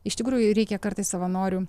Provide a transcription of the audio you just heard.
iš tikrųjų reikia kartais savanorių